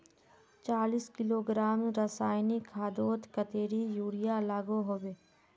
चालीस किलोग्राम रासायनिक खादोत कतेरी यूरिया लागोहो होबे?